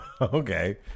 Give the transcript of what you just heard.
Okay